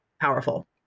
powerful